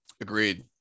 Agreed